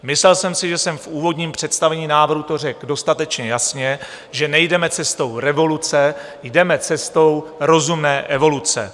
Myslel jsem si, že jsem to v úvodním představení návrhu řekl dostatečně jasně, že nejdeme cestou revoluce, jdeme cestou rozumné evoluce.